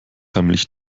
heimlich